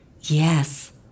Yes